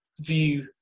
view